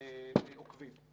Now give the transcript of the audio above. אלפי עוקבים.